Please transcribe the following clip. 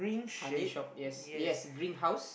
honey shop yes yes green house